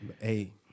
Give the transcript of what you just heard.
hey